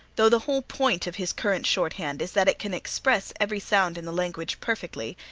though the whole point of his current shorthand is that it can express every sound in the language perfectly,